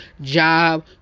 job